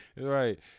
Right